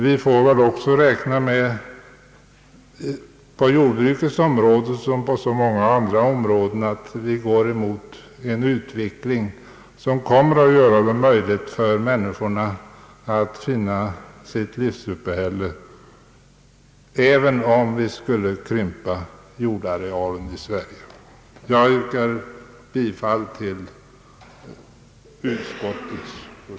Vi får väl också räkna med att vi på jordbrukets område som på så många andra går mot en utveckling som kommer att göra det möjligt för människorna att finna sitt livsuppehälle även om vi skulle krympa jordarealen i Sverige. Jag yrkar bifall till utskottets för